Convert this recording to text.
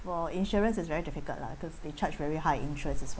for insurance it's very difficult lah cause they charge very high interest as well